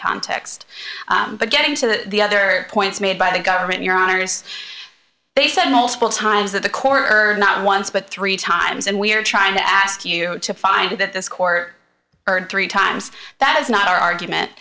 context but getting to the other points made by the government your honour's they said multiple times that the court heard not once but three times and we are trying to ask you to find that this court heard three times that is not our argument